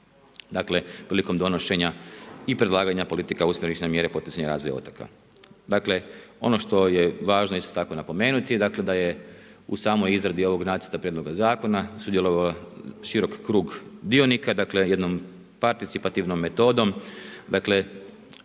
dakle prilikom donošenja i …/Govornik se ne razumije./… politika …/Govornik se ne razumije./… razvoja otoka. Dakle ono što je važno isto tako napomenuti da je u samoj izradi ovog nacrta prijedloga zakona sudjelovalo širok krug dionika, jednom participativnom metodom, dakle